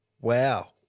Wow